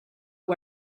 mai